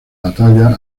batalla